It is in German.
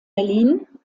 berlin